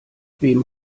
wem